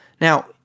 Now